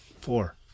Four